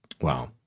Wow